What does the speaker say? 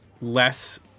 less